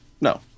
no